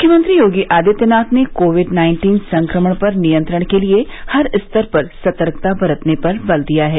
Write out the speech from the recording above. मुख्यमंत्री योगी आदित्यनाथ ने COVID nineteen संक्रमण पर नियंत्रण के लिए हर स्तर पर सतर्कता बरतने पर बल दिया है